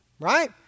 Right